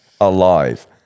Alive